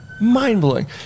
mind-blowing